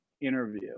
interview